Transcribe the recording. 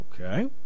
Okay